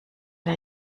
der